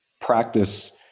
practice